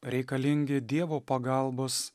reikalingi dievo pagalbos